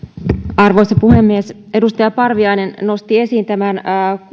arvoisa puhemies edustaja parviainen nosti esiin tämän